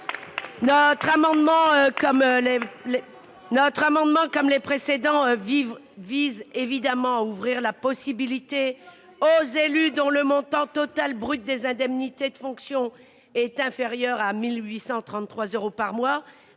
d'amendement ! Comme les précédents, notre amendement vise à ouvrir la possibilité aux élus dont le montant total brut des indemnités de fonction est inférieur à 1 833 euros par mois